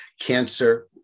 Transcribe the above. cancer